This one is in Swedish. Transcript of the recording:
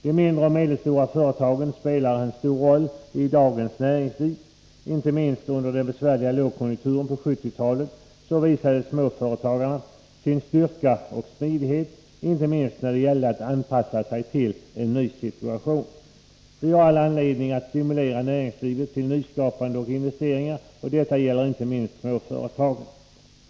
De mindre och medelstora företagen spelar en stor roll i dagens näringsliv. Inte minst under den besvärliga lågkonjunkturen på 1970-talet visade småföretagarna en styrka och smidighet, inte minst när det gällde att anpassa sig till en ny situation. Vi har all anledning att stimulera näringslivet till nyskapande och investeringar, och detta gäller inte minst småföretagen.